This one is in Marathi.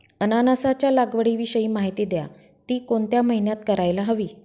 अननसाच्या लागवडीविषयी माहिती द्या, ति कोणत्या महिन्यात करायला हवी?